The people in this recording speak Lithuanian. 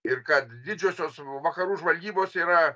ir kad didžiosios vakarų žvalgybos yra